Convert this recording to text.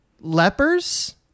lepers